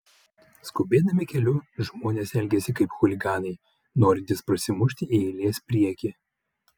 skubėdami keliu žmonės elgiasi kaip chuliganai norintys prasimušti į eilės priekį